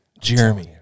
Jeremy